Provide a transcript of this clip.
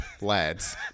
lads